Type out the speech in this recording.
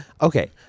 okay